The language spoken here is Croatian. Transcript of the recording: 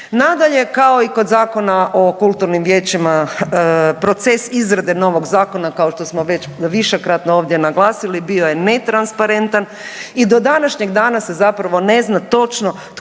Nadalje, kao i kod Zakona o kulturnim vijećima proces izrade novog zakona kao što smo već višekratno ovdje naglasili bio je netransparentan i do današnjeg dana se zapravo ne zna točno tko su